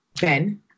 Ben